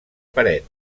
paret